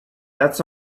that’s